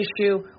issue